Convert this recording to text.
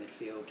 midfield